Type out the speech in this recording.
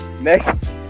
Next